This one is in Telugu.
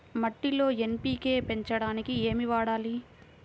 మట్టిలో ఎన్.పీ.కే పెంచడానికి ఏమి వాడాలి?